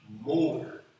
more